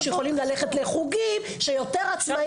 שיכולים ללכת לחוגים, שיותר עצמאיים.